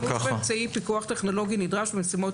סעיף "פיקוח טכנולוגי נדרש בנסיבות